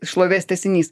šlovės tęsinys